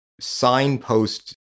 signpost